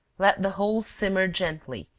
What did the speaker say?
let the whole simmer gently,